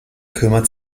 kümmert